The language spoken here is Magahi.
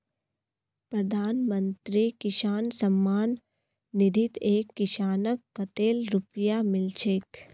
प्रधानमंत्री किसान सम्मान निधित एक किसानक कतेल रुपया मिल छेक